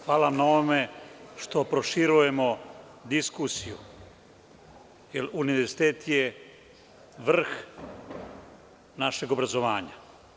Hvala vam na ovome što proširujemo diskusiju, jer univerzitet je vrh našeg obrazovanja.